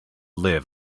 live